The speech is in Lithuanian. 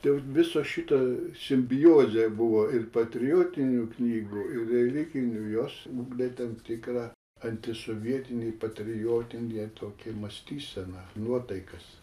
dėl viso šito simbiozė buvo ir patriotinių knygų ir religinių jos ugdė tam tikrą antisovietinį patriotinį tokį mąstyseną nuotaikas